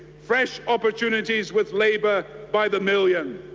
fresh opportunities with labour by the million,